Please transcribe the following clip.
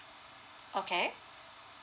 okay